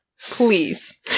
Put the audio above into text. Please